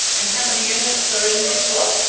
and how many units are in this block?